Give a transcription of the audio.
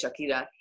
Shakira